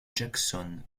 jackson